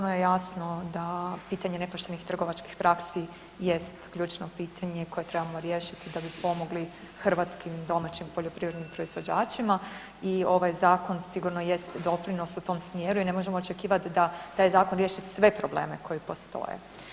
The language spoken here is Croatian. Potpuno je jasno da pitanje nepoštenih trgovačkih praksi jest ključno pitanje koje trebamo riješiti da bi pomogli hrvatskim i domaćim poljoprivrednim proizvođačima i ovaj zakon sigurno jest doprinos u tom smjeru i ne možemo očekivat da taj zakon riješi sve probleme koji postoje.